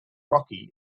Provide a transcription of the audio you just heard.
rocky